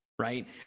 right